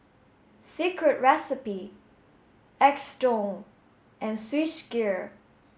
Secret Recipe Xndo and Swissgear